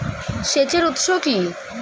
সেচের উৎস কি?